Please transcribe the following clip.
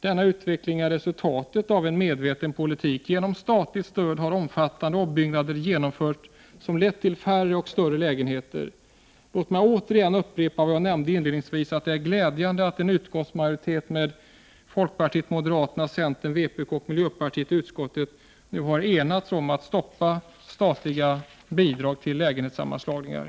Denna utveckling är resultatet av en medveten politik. Genom statligt stöd har omfattande ombyggnader genomförts som har lett till färre och större lägenheter. Låt mig upprepa vad jag nämnde inledningsvis, nämligen att det är glädjande att en majoritet bestående av folkpartiet, moderaterna, centern, vpk och miljöpartiet i utskottet nu har enats om ett stopp för statliga bidrag till lägenhetssammanslagningar.